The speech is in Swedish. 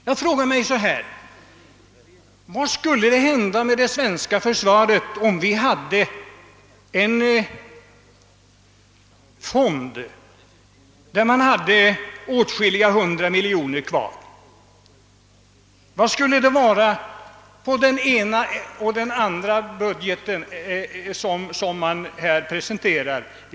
Jag vill ställa frågan: Vad skulle sägas från det svenska försvaret om vi hade en fond på åtskilliga hundra miljoner, som icke fick tagas i anspråk av försvaret? Vad skulle då hänföras till den ena och den andra budgeten som regeringen här presenterar?